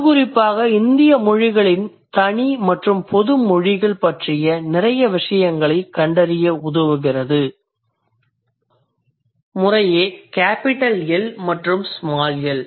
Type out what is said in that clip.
இது குறிப்பாக இந்திய மொழிகளின் தனி மற்றும் பொது மொழிகள் பற்றிய நிறைய விசயங்களைக் கண்டறிய உதவுகிறது முறையே கேபிடல் L மற்றும் ஸ்மால் l